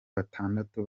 batandatu